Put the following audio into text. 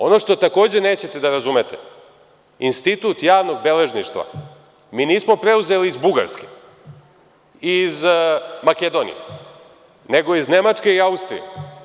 Ono što takođe nećete da razumete, institut javnog beležnika mi nismo preuzeli iz Bugarske i iz Makedonije, nego iz Nemačke i Austrije.